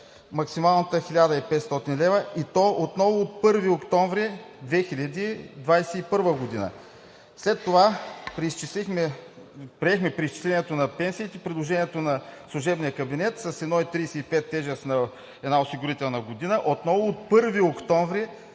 максималната 1500 лв., и то отново от 1 октомври 2021 г. След това приехме преизчислението на пенсиите – предложението на служебния кабинет – с 1,35 тежест на една осигурителна година, отново от 1 октомври